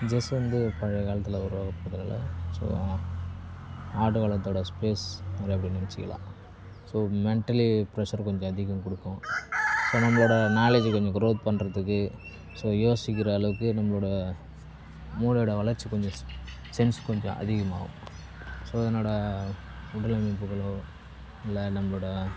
ஜெஸ் வந்து பழைய காலத்தில் உருவாக்கப்பட்டதால் ஸோ ஆடுகளத்தோடய ஸ்பேஸ் முறை அப்படின்னு நினச்சிக்கலாம் ஸோ மெண்ட்டலி ப்ரெஷ்ஷர் கொஞ்சம் அதிகம் கொடுக்கும் இப்போ நம்மளோடய நாலேஜி கொஞ்சம் க்ரோத் பண்ணுறதுக்கு ஸோ யோசிக்கிற அளவுக்கு நம்மளோடய மூளையோடய வளர்ச்சி கொஞ்சம் சென்ஸ் கொஞ்சம் அதிகமாகவும் ஸோ என்னோடய உடல் அமைப்புகளோ இல்லை நம்மளோடய